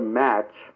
match